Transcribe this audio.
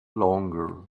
longer